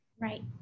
Right